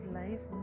life